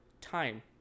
Time